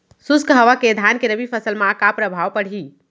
शुष्क हवा के धान के रबि फसल मा का प्रभाव पड़ही?